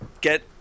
get